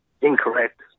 incorrect